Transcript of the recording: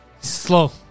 Slow